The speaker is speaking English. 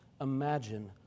imagine